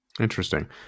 Interesting